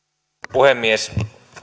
puhemies